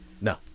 no